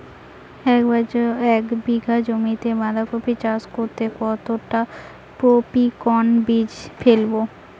এক বিঘা জমিতে বাধাকপি চাষ করতে কতটা পপ্রীমকন বীজ ফেলবো?